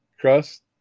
Crust